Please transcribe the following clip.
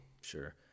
Sure